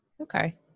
Okay